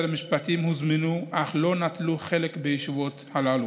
המשפטים הוזמנו אך לא נטלו חלק בישיבות הללו.